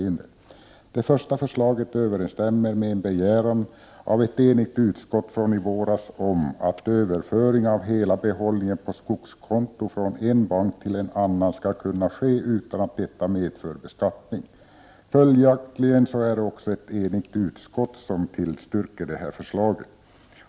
Det första förslaget överensstämmer med en begäran av ett enigt utskott från i våras om att överföring av hela behållningen på skogskonto från en bank till en annan skall kunna ske, utan att detta medför beskattning. Följaktligen är det också ett enigt utskott som tillstyrker det förslaget.